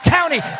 County